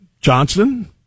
Johnson